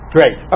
Great